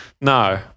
No